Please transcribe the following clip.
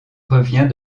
revient